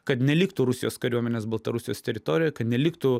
kad neliktų rusijos kariuomenės baltarusijos teritorijoj kad neliktų